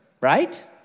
right